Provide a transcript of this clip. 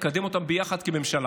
על מנת לקדם אותם ביחד כממשלה.